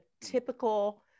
typical